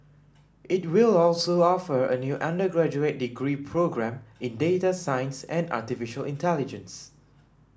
it will also offer a new undergraduate degree programme in data science and artificial intelligence